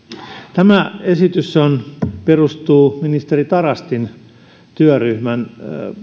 tämä esitys perustuu ministeri tarastin työryhmän